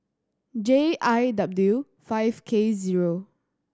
J I W five K zero